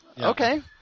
Okay